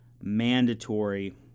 mandatory